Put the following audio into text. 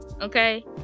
Okay